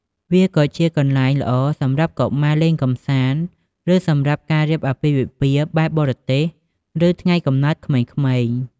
វាក៏ជាកន្លែងល្អសម្រាប់កុមារលេងកម្សាន្ត ឬ សម្រាប់ការរៀបអាពាហ៍ពិពាហ៍បែបបរទេស ឬ ថ្ងៃកំណើតក្មេងៗ។